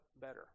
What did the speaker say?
better